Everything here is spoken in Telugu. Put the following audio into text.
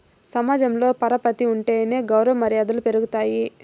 సమాజంలో పరపతి ఉంటేనే గౌరవ మర్యాదలు పెరుగుతాయి